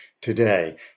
today